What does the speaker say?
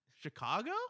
chicago